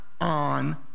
on